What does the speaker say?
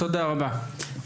תודה רבה.